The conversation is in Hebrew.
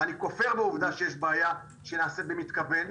ואני כופר בעובדה שיש בעיה שנעשית במתכוון,